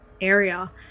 area